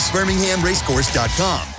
BirminghamRacecourse.com